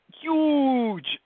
huge